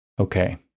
Okay